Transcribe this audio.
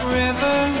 river